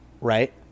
right